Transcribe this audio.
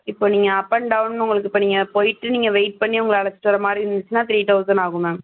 இப்போ நீங்கள் up and down உங்களுக்கு இப்போ நீங்கள் போயிட்டு நீங்கள் வெயிட் பண்ணி உங்களை அழைச்சிட்டு வரமாதிரி இருந்துச்சுன்னா த்ரீ தெளசன்ட் ஆகும் மேம்